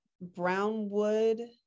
Brownwood